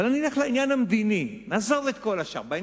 אבל אני אלך לעניין המדיני, נעזוב את כל השאר.